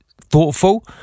thoughtful